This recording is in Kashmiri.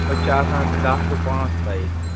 أسۍ چھِ آسان دَہ ٹُوٚ پانٛژھ آسان یتہِ